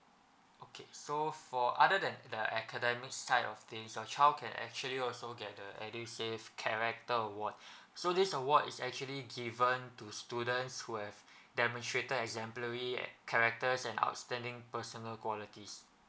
okay so for other than the academic side of things your child can actually also get the edusave character award so this award is actually given to students who have demonstrated exemplary characters and outstanding personal qualities